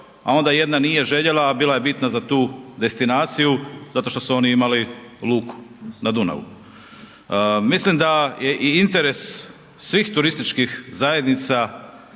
a onda jedna nije željela a bila je bitna za tu destinaciju zato što su oni imali luku na Dunavu. Mislim da je i interes svih turističkih zajednica